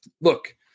look